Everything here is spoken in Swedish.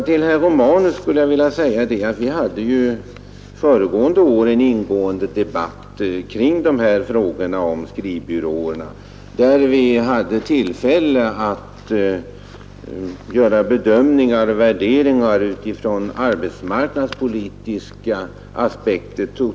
Till herr Romanus vill jag säga att vi ju förra året förde en ingående debatt om skrivbyråerna, och då hade vi tillfälle att göra bedömningar och värderingar med hänsyn tagen till de totala arbetsmarknadspolitiska aspekterna.